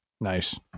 nice